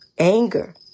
anger